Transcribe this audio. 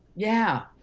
yeah,